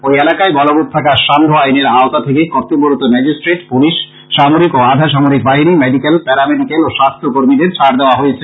ঐ এলাকায় বলবৎ থাকা সান্ধ্য আইনের আওতা থেকে কর্তব্যরত ম্যাজিস্ট্রেট পুলিশ সামরিক ও আধাসামরিক বাহিনী মেডিকেল প্যারা মেডিকেল ও স্বাস্থ্য কর্মীদের ছাড় দেওয়া হয়েছে